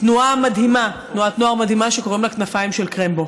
תנועת נוער מדהימה שקוראים לה "כנפיים של קרמבו".